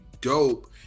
dope